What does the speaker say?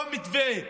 לא מתווה,